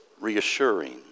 reassuring